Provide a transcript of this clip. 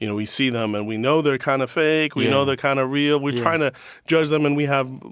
you know we see them and we know they're kind of fake, we know they're kind of real. we're trying to judge them, and we have,